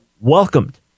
welcomed